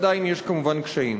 עדיין יש כמובן קשיים.